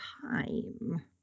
time